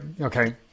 okay